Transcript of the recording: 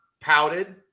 pouted